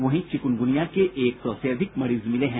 वहीं चिकुनगुनिया के एक सौ से अधिक मरीज मिले हैं